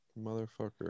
Motherfucker